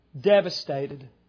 devastated